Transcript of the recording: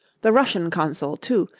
the russian consul, too,